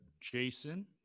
Jason